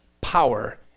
power